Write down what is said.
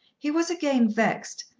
he was again vexed,